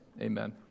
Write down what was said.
Amen